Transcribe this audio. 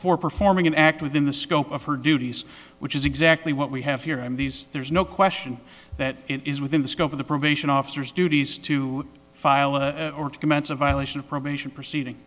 pork for performing an act within the scope of her duties which is exactly what we have here and these there's no question that it is within the scope of the probation officers duties to file a or to commence a violation of probation proceeding